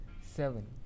seven